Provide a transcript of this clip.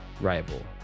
rival